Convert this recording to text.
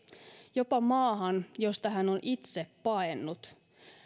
jopa maahan josta hän on itse paennut